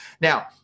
Now